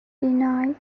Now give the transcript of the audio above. denied